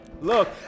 Look